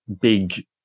big